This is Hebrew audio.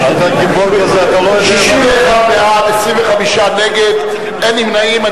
61 בעד, 25 נגד, אין נמנעים.